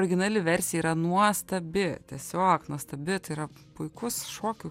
originali versija yra nuostabi tiesiog nuostabi tai yra puikus šokių